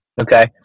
Okay